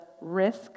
risk